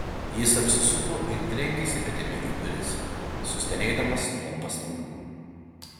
jis apsisuko ir trenkėsi petimi į duris sustenėdamas nuo pastangų